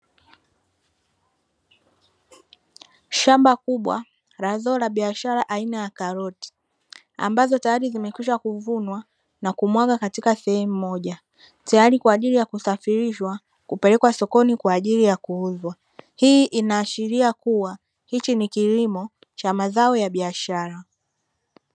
Shamba kubwa la zao la biashara aina ya karoti ambazo tayari zimekwisha kuvunwa na kumwagwa katika sehemu moja, tayari kwa ajili ya kusafirishwa kupelekwa sokoni kwa ajili ya kuuzwa. Hii inaashiria kuwa hichi ni kilimo cha mazao ya biashara.